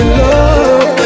love